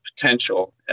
potential